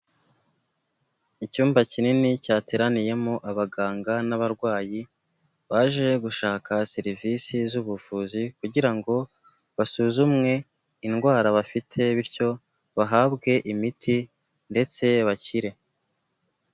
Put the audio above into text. Icyumba kinini cyateraniyemo abaganga n'abarwayi, baje gushaka serivisi zbuvuzi kugira ngo basuzumwe indwara bafite bityo bahabwe imiti ndetse bakire.